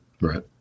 Right